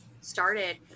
started